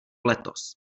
letos